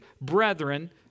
brethren